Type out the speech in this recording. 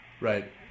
right